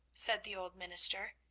said the old minister,